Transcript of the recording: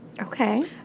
Okay